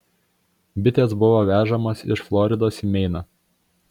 bitės buvo vežamos iš floridos į meiną